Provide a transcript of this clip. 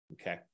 okay